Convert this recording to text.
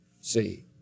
See